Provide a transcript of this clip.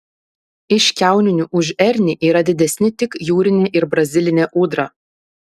iš kiauninių už ernį yra didesni tik jūrinė ir brazilinė ūdra